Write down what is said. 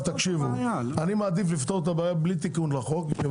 אני מעדיף לפתור אותה בלי תיקון לחוק.